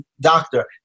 doctor